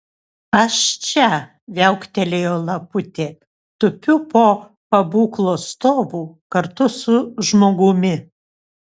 aš čia viauktelėjo laputė tupiu po pabūklo stovu kartu su žmogumi